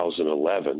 2011